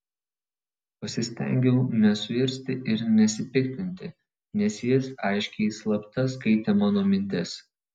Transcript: pasistengiau nesuirzti ir nesipiktinti nes jis aiškiai slapta skaitė mano mintis